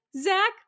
zach